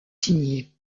signés